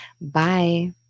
Bye